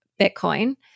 Bitcoin